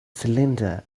cylinder